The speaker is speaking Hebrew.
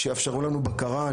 שיאפשרו לנו בקרה,